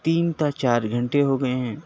تین تا چار گھنٹے ہو گئے ہیں